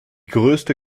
größte